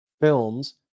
films